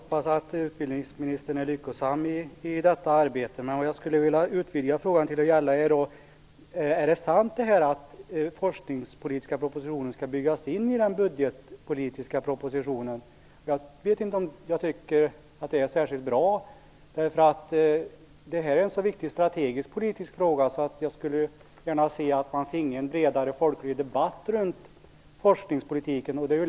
Herr talman! Jag hoppas att utbildningsministern är lyckosam i detta arbete. Jag vill utvidga frågan till att gälla den forskningspolitiska propositionen. Jag undrar om det är sant att den skall byggas in i den budgetpolitiska propositionen. Jag vet inte om jag tycker att det är särskilt bra. Forskningspolitiken är ju en så pass viktigt strategisk fråga att jag gärna skulle se att man finge en bredare folklig debatt om den.